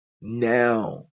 Now